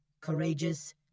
courageous